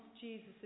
Jesus